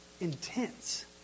intense